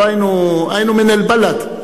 היינו מן אל-באלד,